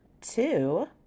two